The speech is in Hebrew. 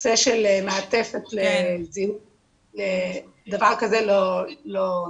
בנושא של מעטפת, דבר כזה לא.